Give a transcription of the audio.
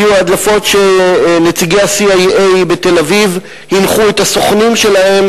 היתה ההדלפה שנציגי ה-CIA בתל-אביב הנחו את הסוכנים שלהם